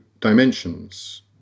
dimensions